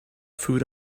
food